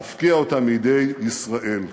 להפקיע אותה מידי ישראל,